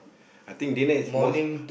I think dinner is most